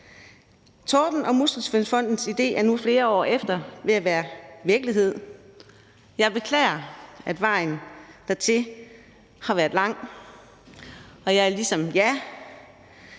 Torben og Muskelsvindfondens idé er nu flere år efter ved at være virkelighed. Jeg beklager, at vejen hertil har været lang, og jeg har ligesom jer